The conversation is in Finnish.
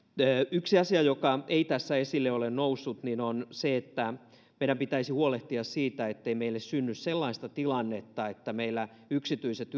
yksi asia joka ei tässä esille ole noussut on se että meidän pitäisi huolehtia siitä ettei meille synny sellaista tilannetta että meillä yksityiset